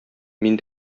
мин